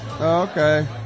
Okay